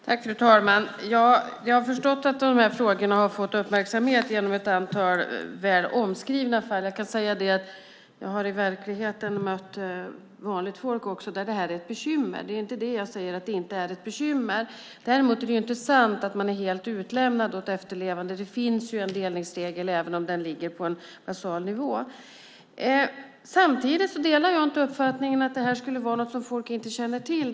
Fru talman! Jag har förstått att de här frågorna har fått uppmärksamhet genom ett antal omskrivna fall. Jag har i verkligheten mött vanligt folk också för vilka detta är ett bekymmer, och jag säger inte att det inte är ett bekymmer. Däremot är det inte sant att man är helt utlämnad som efterlevande. Det finns en delningsregel även om den ligger på en basal nivå. Samtidigt delar jag inte uppfattningen att det här skulle vara något som folk inte känner till.